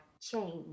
change